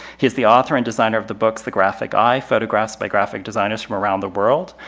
he's the author and designer of the books the graphic eye photographs by graphic designers from around the world,